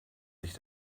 sich